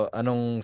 anong